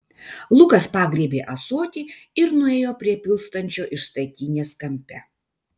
lukas pagriebė ąsotį ir nuėjo prie pilstančio iš statinės kampe